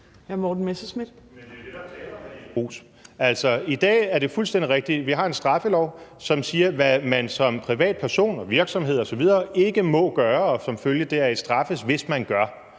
I dag er det sådan, at vi har en straffelov, som siger, hvad man som privatperson, virksomhed osv. ikke må gøre og som følge deraf straffes for, hvis man gør